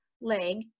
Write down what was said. leg